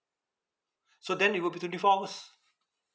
so then it will be twenty four hours